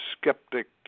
skeptic